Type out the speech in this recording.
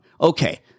Okay